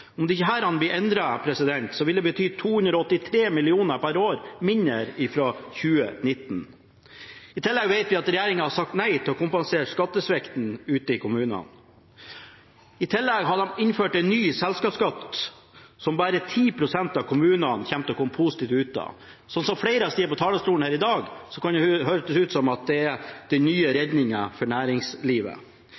Om ikke dette blir endret, vil det bety 283 mill. kr mindre per år fra 2019. I tillegg vet vi at regjeringen har sagt nei til å kompensere skattesvikten ute i kommunene. De har også innført en ny selskapsskatt som bare 10 pst. av kommunene kommer til å komme positivt ut av. På flere som har stått på talerstolen her i dag, høres det ut som det er den nye redningen for næringslivet.